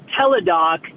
TeleDoc